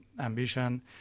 ambition